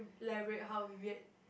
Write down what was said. elaborate how weird